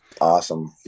Awesome